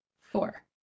four